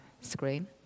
screen